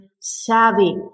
savvy